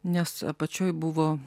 nes apačioj buvo